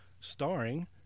starring